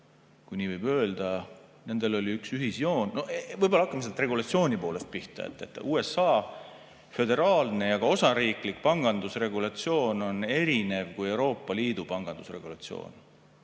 kui nii võib öelda, oli üks ühisjoon. Võib-olla hakkame regulatsiooni poolest pihta. USA föderaalne ja ka osariiklik pangandusregulatsioon on erinev Euroopa Liidu pangandusregulatsioonist.